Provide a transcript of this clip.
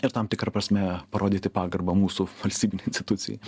ir tam tikra prasme parodyti pagarbą mūsų valstybinei institucijai